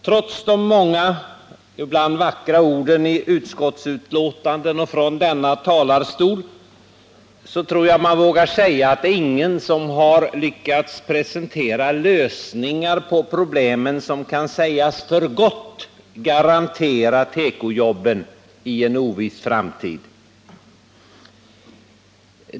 Trots de många och ibland vackra orden i utskottsbetänkande och från denna talarstol tror jag man vågar påstå att ingen har lyckats presentera lösningar på problemen som kan sägas för gott garantera tekojobben i en oviss framtid.